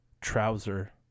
trouser